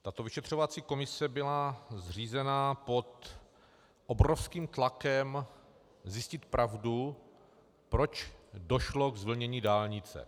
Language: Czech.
Tato vyšetřovací komise byla zřízena pod obrovským tlakem zjistit pravdu, proč došlo k zvlnění dálnice.